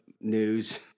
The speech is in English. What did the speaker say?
news